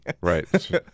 right